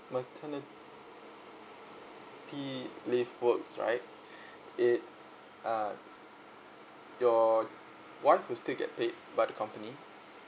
maternity leave works right it's uh your wife will still get paid by the company